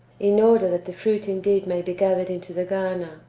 in order that the fruit indeed may be gathered into the garner,